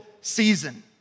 season